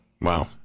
Wow